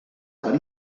per